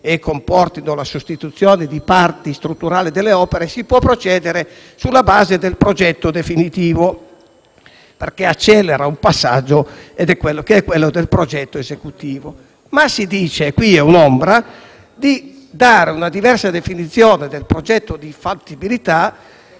che comportino la sostituzione di parti strutturali delle opere, procedendo sulla base del progetto definitivo, perché si accelera un passaggio, che è quello del progetto esecutivo. Si prevede però - e questa è un'ombra - di dare una diversa definizione del progetto di fattibilità